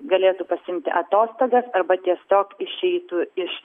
galėtų pasiimti atostogas arba tiesiog išeitų iš